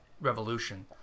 revolution